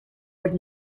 would